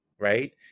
Right